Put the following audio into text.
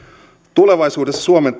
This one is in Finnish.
tulevaisuudessa suomen